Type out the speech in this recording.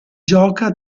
gioca